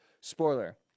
Spoiler